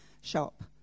shop